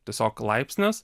tiesiog laipsnis